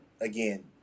again